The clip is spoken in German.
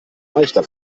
leichter